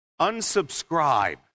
unsubscribe